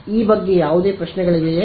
ಈ ಬಗ್ಗೆ ಯಾವುದೇ ಪ್ರಶ್ನೆಗಳಿವೆಯೇ